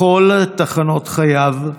בכל תחנות חייו,